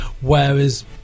Whereas